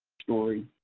story.